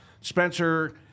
Spencer